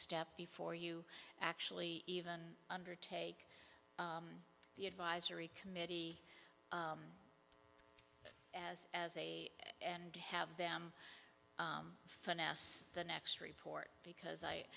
step before you actually even undertake the advisory committee as as a and have them finance the next report because i